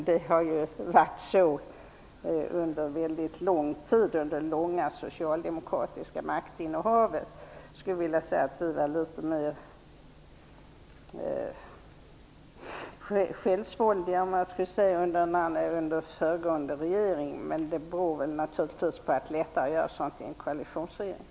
Det har varit så under väldigt lång tid under långa socialdemokratiska maktinnehav. Vi var litet självsvåldigare i den föregående regeringen, men det berodde naturligtvis på att det var lättare att göra sådant i en koalitionsregering.